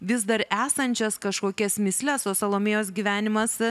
vis dar esančias kažkokias mįsles o salomėjos gyvenimas